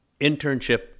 internship